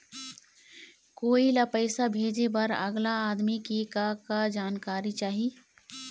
कोई ला पैसा भेजे बर अगला आदमी के का का जानकारी चाही?